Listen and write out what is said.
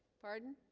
pardon